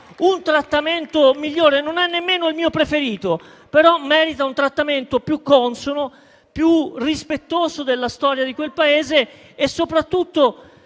un trattamento migliore; non è nemmeno il mio preferito, però merita un trattamento più consono, più rispettoso della storia di quel Paese. Soprattutto,